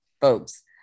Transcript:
folks